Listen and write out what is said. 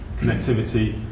connectivity